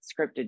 scripted